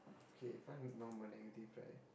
okay time to know my negative right